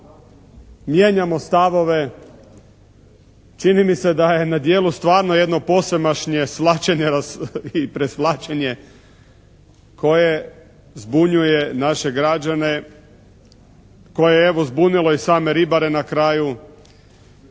mijenjamo stavove. Čini mi se da je na djelu stvarno jedno posemašnje svlačenje i presvlačenje koje zbunjuje naše građane, koje je evo zbunilo i same ribare na kraju